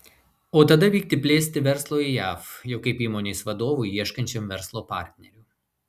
o tada vykti plėsti verslo į jav jau kaip įmonės vadovui ieškančiam verslo partnerių